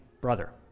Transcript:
brother